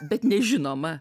bet nežinoma